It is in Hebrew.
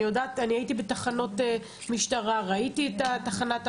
אני הייתי בתחנות משטרה, ראיתי את תחנת המעצר,